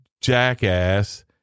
jackass